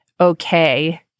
okay